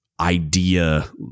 idea